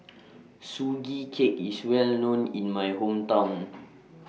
Sugee Cake IS Well known in My Hometown